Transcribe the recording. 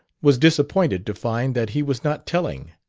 was disappointed to find that he was not telling.